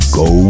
go